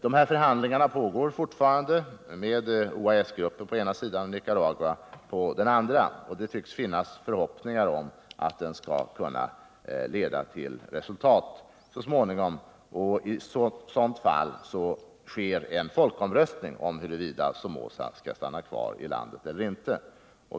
Dessa förhandlingar pågår fortfarande mellan OAS-gruppen och de nicaraguanska grupperingarna. Det tycks finnas förhoppningar om att förhandlingarna skall kunna leda till resultat så småningom. I sådant fall sker en folkomröstning om huruvida Somoza skall stanna kvari landet eller inte.